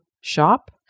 shop